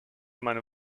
meinem